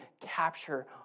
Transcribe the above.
capture